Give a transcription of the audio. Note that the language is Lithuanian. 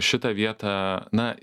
šitą vietą na